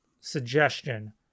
suggestion